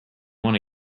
wanna